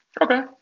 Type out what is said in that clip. Okay